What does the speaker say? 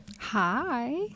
hi